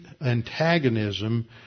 antagonism